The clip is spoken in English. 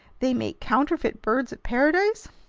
they make counterfeit birds of paradise?